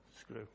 Screw